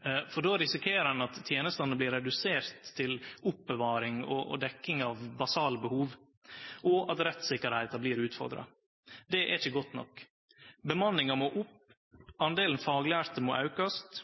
fråverande. Då risikerer ein at tenestene blir reduserte til oppbevaring og dekking av basalbehov, og at rettssikkerheita blir utfordra. Det er ikkje godt nok. Bemanninga må opp, og talet på faglærte må aukast.